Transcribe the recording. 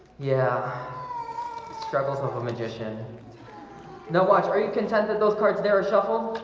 yeah struggles with a magician no watch are you contented those cards? they're a shuffle